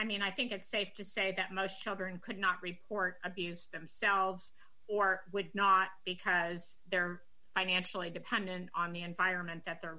i mean i think it's safe to say that most children could not report abuse themselves or would not because they're financially dependent on the environment that they're